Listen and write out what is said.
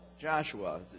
Joshua